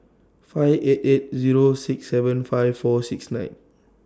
five eight eight Zero six seven five four six nine